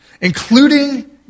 including